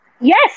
Yes